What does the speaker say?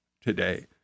today